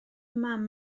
mam